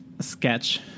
sketch